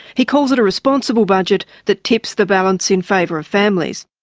he calls it a responsible budget that tips the balance in favour of families.